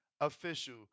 official